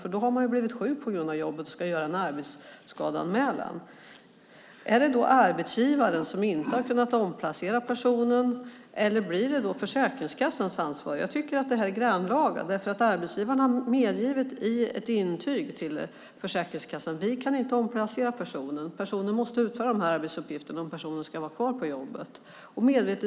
Man har ju blivit sjuk på grund av jobbet och ska göra en arbetsskadeanmälan. Är det arbetsgivaren som inte har kunnat omplacera personen som har ansvaret eller blir det Försäkringskassans ansvar? Jag tycker att detta är grannlaga. Arbetsgivaren har i ett intyg till Försäkringskassan medgivit att man inte kan omplacera personen och medvetet skrivit under. Personen måste utföra de här arbetsuppgifterna om personen ska vara kvar på jobbet.